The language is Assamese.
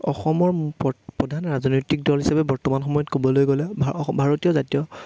অসমৰ প প্ৰধান ৰাজনৈতিক দল হিচাপে বৰ্তমান সময়ত ক'বলৈ গ'লে অস ভাৰতীয় জাতীয়